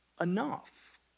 enough